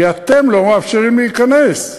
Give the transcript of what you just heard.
כי אתם לא מאפשרים להיכנס.